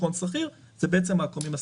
הון סחיר זה בעצם העקומים הסחירים.